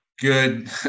good